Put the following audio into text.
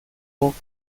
boca